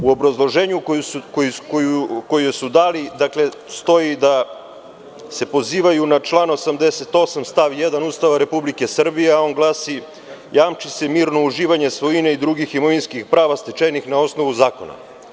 U obrazloženju koje su dali stoji da se pozivaju na član 88. stav 1. Ustava RS, a on glasi – jamči se mirno uživanje svojine i drugih imovinskih prava stečenih na osnovu zakona.